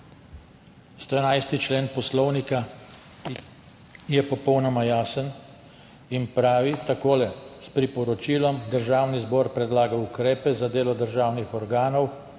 111. člen Poslovnika je popolnoma jasen in pravi takole: »S priporočilom državni zbor predlaga ukrepe za delo državnih organov,